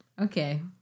Okay